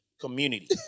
community